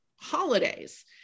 holidays